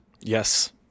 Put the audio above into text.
Yes